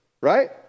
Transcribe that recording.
right